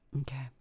okay